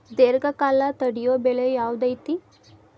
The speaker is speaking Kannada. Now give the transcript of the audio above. ದೇರ್ಘಕಾಲ ತಡಿಯೋ ಬೆಳೆ ಯಾವ್ದು ಐತಿ?